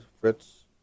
Fritz